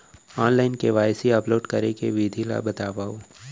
Online KYC upload करे के विधि ला बतावव?